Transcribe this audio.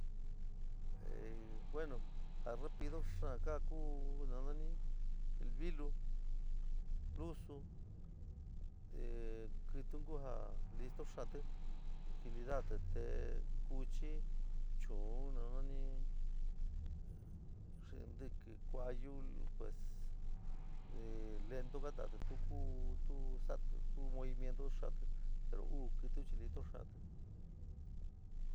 bueno, la rapido xaa kada kua na naní vítu, lusó kítí ku jaa listo xoatí tú dificultad te kochí choun na naní kíntí kúayou pues lento keintatí tou kua tou sa´atu te movimiento xoatí pero uu kítí listo xoatí.